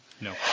No